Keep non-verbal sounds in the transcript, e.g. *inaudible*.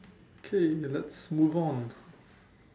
okay let's move on *breath*